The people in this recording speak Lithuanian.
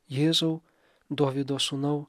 jėzau dovydo sūnau